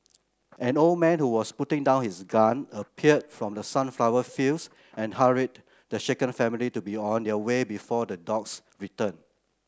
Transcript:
an old man who was putting down his gun appeared from the sunflower fields and hurried the shaken family to be on their way before the dogs return